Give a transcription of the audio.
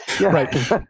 Right